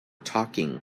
talking